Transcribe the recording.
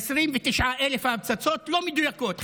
29,000 ההפצצות הן לא מדויקות.